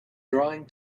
drawing